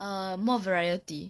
err more variety